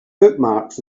bookmarks